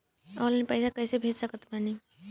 Online पैसा कैसे भेज सकत बानी?